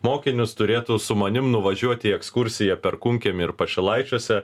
mokinius turėtų su manim nuvažiuot į ekskursiją perkūnkiemy ir pašilaičiuose